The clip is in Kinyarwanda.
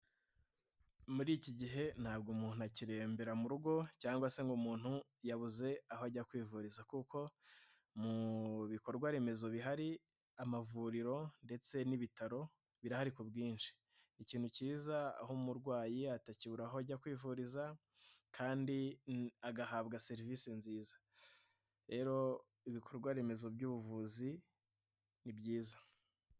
Muri iki gihe ntabwo umuntu akirembera mu rugo, cyangwa se ngo umuntu yabuze aho ajya kwivuriza, kuko mu bikorwa remezo bihari amavuriro ndetse n'ibitaro birahari ku bwinshi, ikintu kiza aho umurwayi atakibura aho ajya kwivuriza kandi agahabwa serivisi nziza, rero ibikorwa remezo by'ubuvuzi ni byiza.